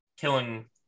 killing